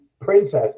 princess